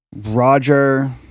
Roger